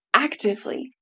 actively